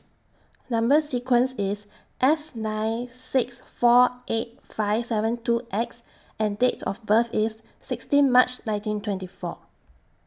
Number sequence IS S nine six four eight five seven two X and Date of birth IS sixteen March nineteen twenty four